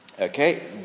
Okay